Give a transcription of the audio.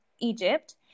Egypt